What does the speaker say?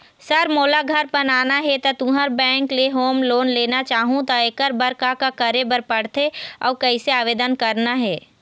Sir मोला घर बनाना हे ता तुंहर बैंक ले होम लोन लेना चाहूँ ता एकर बर का का करे बर पड़थे अउ कइसे आवेदन करना हे?